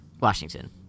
Washington